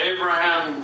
Abraham